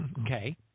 Okay